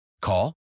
Call